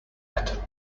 better